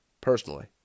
personally